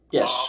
Yes